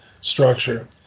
structure